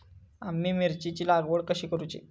आम्ही मिरचेंची लागवड कधी करूची?